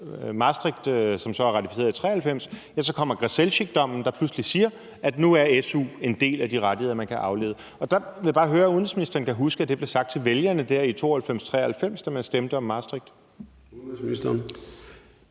Maastrichttraktaten, som så er ratificeret i 1993, kommer Grzelczykdommen, der pludselig siger, at nu er su en del af de rettigheder, man kan aflede. Der vil jeg bare høre, om udenrigsministeren kan huske, at det blev sagt til vælgerne i 1992 og 1993, da man stemte om Maastrichttraktaten.